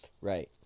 Right